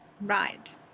Right